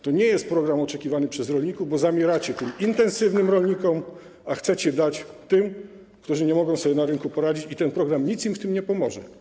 To nie jest program oczekiwany przez rolników, bo zabieracie tym intensywnym rolnikom, a chcecie dać tym, którzy nie mogą sobie na rynku poradzić, i ten program nic im w tym nie pomoże.